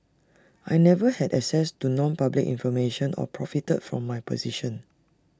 I never had access to nonpublic information or profited from my position